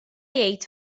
jgħid